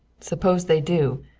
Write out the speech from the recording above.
suppose they do?